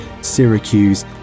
Syracuse